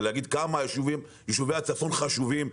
ולהגיד כמה יישובי הצפון חשובים,